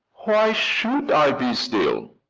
why should i be still?